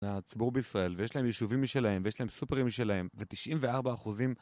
והציבור בישראל, ויש להם יישובים משלהם, ויש להם סופרים שלהם, ו94 אחוזים...